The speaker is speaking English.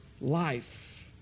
life